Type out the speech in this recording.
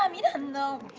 i mean know.